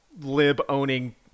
lib-owning